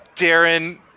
Darren